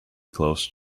close